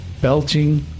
Belching